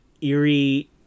eerie